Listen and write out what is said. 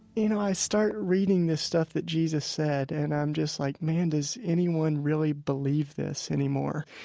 you know, i start reading this stuff that jesus said. and i'm just, like, man, does anyone really believe this anymore?